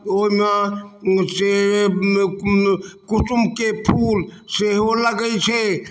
ओइमे से कुसुमके फूल सेहो लगै छै